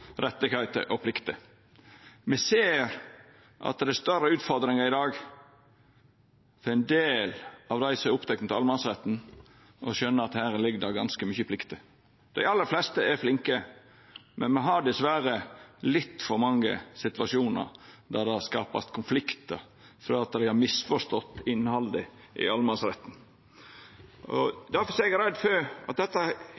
større utfordringar i dag. Ein del av dei som er opptekne av allemannsretten, skjønar at her ligg det ganske mykje plikter, dei aller fleste er flinke, men me har dessverre litt for mange situasjonar der det vert skapt konfliktar fordi ein har misforstått innhaldet i allemannsretten.